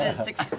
and six